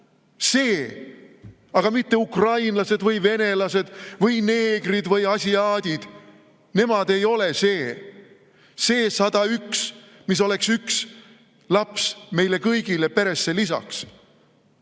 See, aga mitte ukrainlased või venelased või neegrid või asiaadid. Nemad ei ole see. See 101, mis oleks üks laps meile kõigile peresse lisaks,